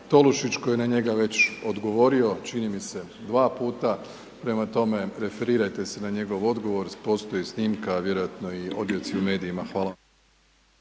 Tolušić koji je na njega već odgovorio, čini mi se dva puta, prema tome, referirajte se na njegov odgovor, postoji snimka, vjerojatno i odjeci u medijima, hvala.